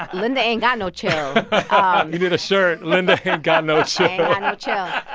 ah linda ain't got no chill you need a shirt. linda ain't got no so no chill